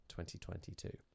2022